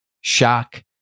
shock